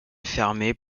fermé